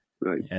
Right